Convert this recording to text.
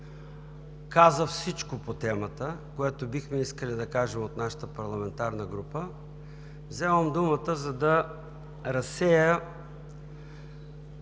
каза всичко по темата, което бихме искали да кажем от нашата парламентарна група, вземам думата, за да разсея